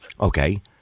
Okay